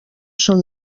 són